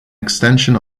extension